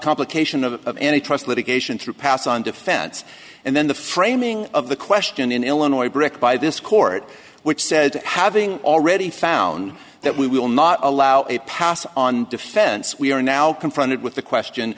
complication of any trust litigation to pass on defense and then the framing of the question in illinois brick by this court which said having already found that we will not allow it pass on defense we are now confronted with the question